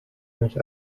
nicht